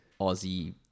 Aussie